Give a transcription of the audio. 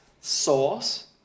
sauce